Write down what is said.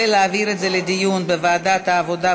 ולהעביר את זה לדיון בוועדת העבודה,